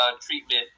treatment